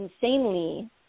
insanely